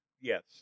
Yes